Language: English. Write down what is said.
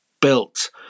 built